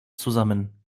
zusammen